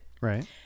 Right